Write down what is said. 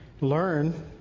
learn